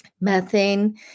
methane